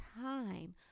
time